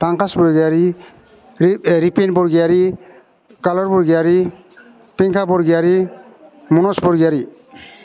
पांकास सर्गियारि रिपेन बरगयारि गालर बरगयारि बेंगा बरगयारि मनज बरगयारि